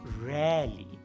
rarely